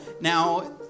Now